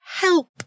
help